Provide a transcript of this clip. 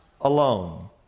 alone